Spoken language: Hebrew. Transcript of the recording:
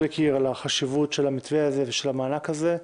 לקיר על החשיבות של המתווה והמענק הזה.